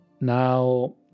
Now